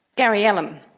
gary ellem,